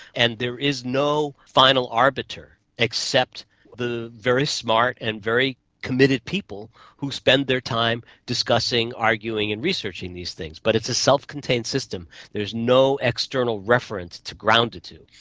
and there is no final arbiter except the very smart and very committed people who spend their time discussing, arguing and researching these things. but it's a self-contained system, there is no external reference to ground it to.